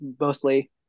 mostly